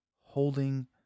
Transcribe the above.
holding